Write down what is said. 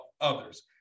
others